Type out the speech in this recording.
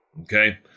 okay